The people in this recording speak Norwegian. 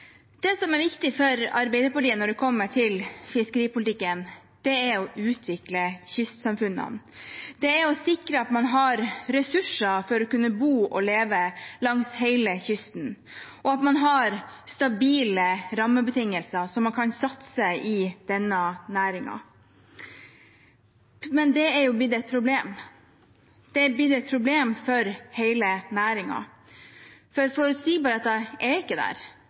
er å utvikle kystsamfunnene. Det er å sikre at man har ressurser til å kunne bo og leve langs hele kysten, og at man har stabile rammebetingelser, slik at man kan satse i denne næringen. Men det har blitt et problem, et problem for hele næringen, for forutsigbarheten er ikke der.